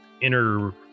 inner